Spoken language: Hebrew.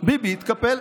ביבי התקפל.